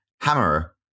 Hammer